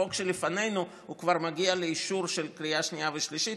החוק שלפנינו כבר מגיע לאישור של קריאה שנייה ושלישית,